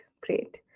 great